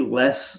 less